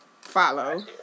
follow